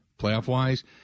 playoff-wise